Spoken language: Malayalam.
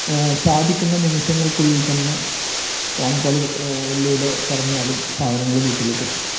സാധിക്കുന്നത് നിമിഷങ്ങൾക്കുള്ളിൽ തന്നെ ഫോൺ കോൾ ലൂടെ പറഞ്ഞാലും സാധനങ്ങൾ വീട്ടിലേക്കെത്തും